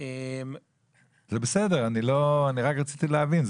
זה בסדר, אני רק רציתי להבין.